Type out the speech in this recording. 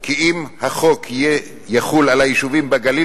כי אם החוק יחול על היישובים בגליל